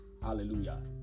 Hallelujah